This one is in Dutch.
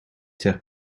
ter